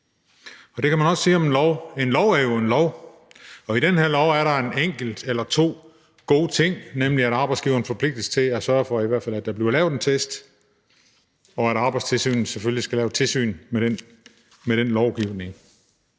Det kan man også sige om en lov: En lov er jo en lov. Og i det her lovforslag er der en enkelt eller to gode ting, nemlig at arbejdsgiveren forpligtes til at sørge for, at der i hvert fald bliver lavet en test, og at Arbejdstilsynet selvfølgelig skal lave tilsyn med den lovgivning.